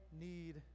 need